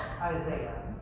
Isaiah